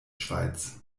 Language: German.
schweiz